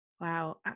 Wow